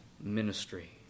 ministry